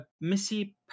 Missy